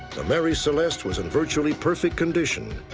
the mary celeste was and virtually perfect condition,